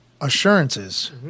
assurances